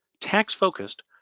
tax-focused